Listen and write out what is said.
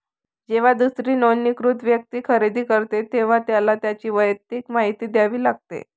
जेव्हा दुसरी नोंदणीकृत व्यक्ती खरेदी करते, तेव्हा त्याला त्याची वैयक्तिक माहिती द्यावी लागते